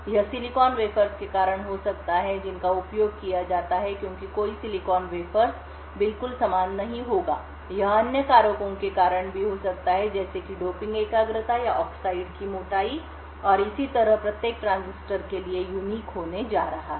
यह silicon wafers के कारण हो सकता है जिनका उपयोग किया जाता है क्योंकि कोई सिलिकॉन वेफर्स बिल्कुल समान नहीं होगा यह अन्य कारकों के कारण भी हो सकता है जैसे कि डोपिंग एकाग्रता या ऑक्साइड की मोटाई और इसी तरह प्रत्येक ट्रांजिस्टर के लिए अद्वितीय होने जा रहा है